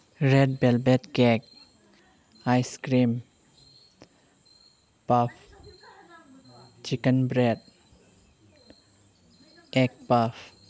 red velvet cake ice cream puff chicken bread egg ꯄꯐ